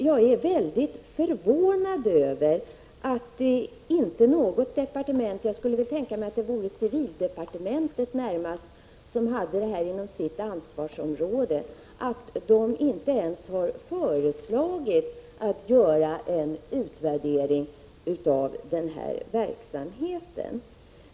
Jag är mycket förvånad över att inte något departement — det är väl närmast civildepartementet som haft dessa frågor under sitt ansvarsområde — inte ens har föreslagit en utvärdering av verksamheten.